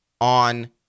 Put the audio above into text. on